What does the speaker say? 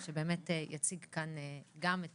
שבאמת יציג כאן גם את